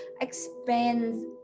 expands